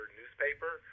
newspaper